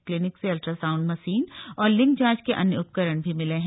clinic से ultrasound machine और लिंग जांच के अन्य उपकरण भी मिले हैं